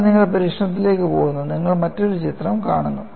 എന്നാൽ നിങ്ങൾ പരീക്ഷണത്തിലേക്ക് പോകുന്നു നിങ്ങൾ മറ്റൊരു ചിത്രം കാണുന്നു